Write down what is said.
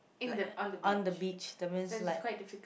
like on the beach that means like